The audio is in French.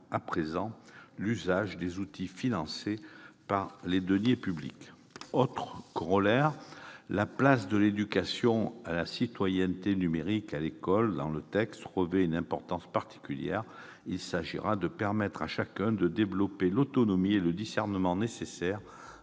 à présent l'usage des outils financés par les deniers publics. Autre corollaire, la place donnée dans le texte à l'éducation à la citoyenneté numérique à l'école revêt une importance particulière. Il s'agira de permettre à chacun de développer l'autonomie et le discernement nécessaires